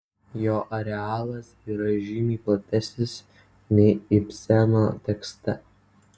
jo arealas yra žymiai platesnis nei ibseno tekste